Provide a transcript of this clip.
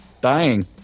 dying